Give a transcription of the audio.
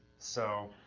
so,